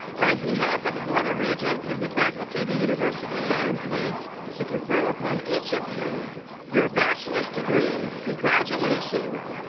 on behalf of the board of regents and the faculty of the university, i am pleased to confer upon each of you your bachelor's degree. congratulations.